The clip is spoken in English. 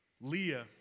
Leah